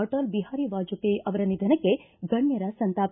ಅಟಲ್ ಬಿಹಾರಿ ವಾಜಪೇಯಿ ಅವರ ನಿಧನಕ್ಕೆ ಗಣ್ಯರ ಸಂತಾಪ